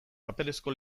paperezko